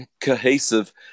cohesive